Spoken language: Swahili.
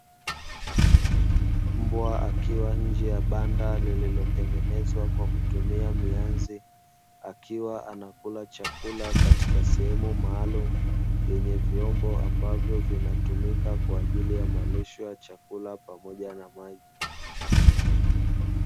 Mbwa akiwa nje ya banda lililotengenezwa kwa kutumia mianzi, akiwa anakula chakula katika sehemu maalumu yenye vyombo ambavyo vinatumika kwa ajili ya malisho ya chakula pamoja na maji.